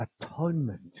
atonement